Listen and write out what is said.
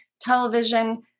television